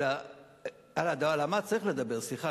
על ה"מה" צריך לדבר, סליחה.